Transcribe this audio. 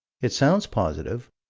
it sounds positive,